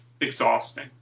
exhausting